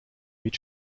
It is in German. mit